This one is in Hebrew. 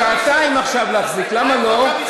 שעתיים עכשיו להחזיק, למה לא?